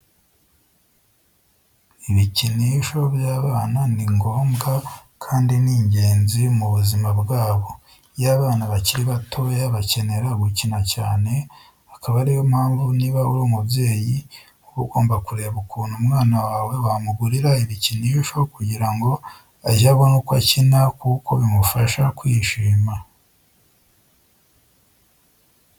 Ibikinisho by'abana ni ngomba kandi ni ingenzi mu buzima bwabo. Iyo abana bakiri batoya bakenera gukina cyane, akaba ari yo mpamvu niba uri umubyeyi uba ugomba kureba ukuntu umwana wawe wamugurira ibikinisho kugira ngo ajye abona uko akina kuko bimufasha kwishima.